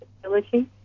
facility